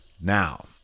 Now